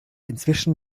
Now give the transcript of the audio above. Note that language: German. inzwischen